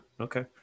Okay